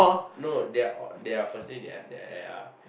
no they're all they're firstly their their